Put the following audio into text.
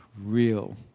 real